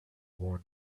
worn